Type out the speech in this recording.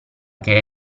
che